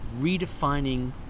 redefining